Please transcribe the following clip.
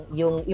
yung